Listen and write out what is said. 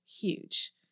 huge